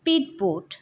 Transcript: speed board